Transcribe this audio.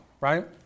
right